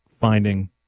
finding